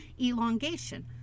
elongation